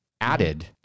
added